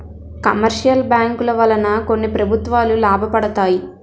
commercial బ్యాంకుల వలన కొన్ని ప్రభుత్వాలు లాభపడతాయి